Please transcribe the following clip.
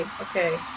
okay